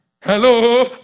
Hello